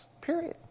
period